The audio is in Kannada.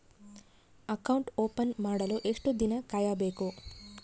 ಅಕೌಂಟ್ ಓಪನ್ ಮಾಡಲು ಎಷ್ಟು ದಿನ ಕಾಯಬೇಕು?